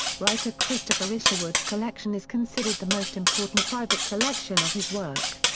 writer christopher isherwood's collection is considered the most important private collection of his work.